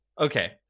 Okay